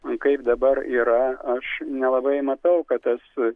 kaip dabar yra aš nelabai matau kad tas